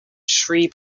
shri